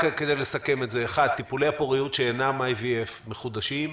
רק כדי לסכם את זה- טיפולי הפוריות שאינם IVF מחודשים.